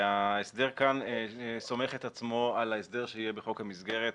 ההסדר כאן סומך את עצמו על ההסדר שיהיה בחוק המסגרת,